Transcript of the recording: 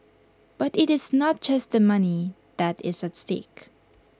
but IT is not just the money that is at stake